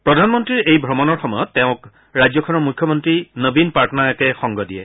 প্ৰধানমন্ত্ৰীৰ এই ভ্ৰমণৰ সময়ত তেওঁক ৰাজ্যখনৰ মুখ্যমন্ত্ৰী নবীন পাটনায়কে সংগ দিয়ে